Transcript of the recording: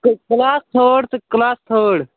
کہٕ کٕلاس تھٲڈ چھُ کٕلاس تھٲڈ